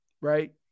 right